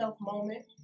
moment